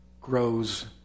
grows